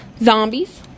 Zombies